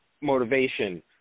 motivation